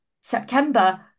September